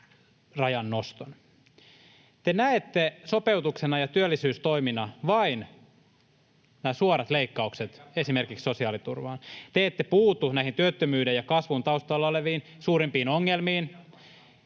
Te näette sopeutuksena ja työllisyystoimina vain nämä suorat leikkaukset esimerkiksi sosiaaliturvaan. [Miko Bergbom: Ei pidä paikkaansa!] Te ette puutu näihin työttömyyden ja kasvun taustalla oleviin suurimpiin ongelmiin.